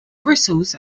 bristles